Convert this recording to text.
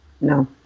No